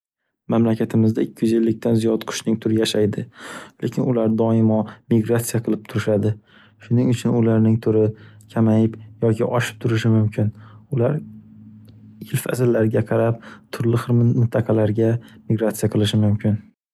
Mamlakatimizda ikki yuz ellikdan ziyod qushning turi yashaydi, lekin ular doimo migratsiya qilib turishadi. Shuning uchun ularning turi kamayib yoki oshib turishi mumkin. Ular yil-fasllarga qarab turli xir min- mintaqalarga migratsiya qilishi mumkin.